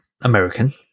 American